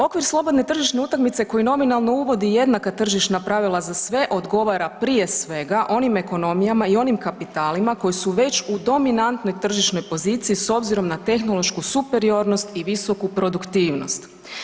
Okvir slobodne tržišne utakmice koji nominalno uvodi jednaka tržišna pravila za sve odgovara prije svega onim ekonomijama i onim kapitalima koji su već u dominantnoj tržišnoj poziciji s obzirom na tehnološku superiornost i visoku produktivnost.